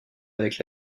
avec